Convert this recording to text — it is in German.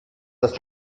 das